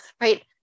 right